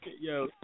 yo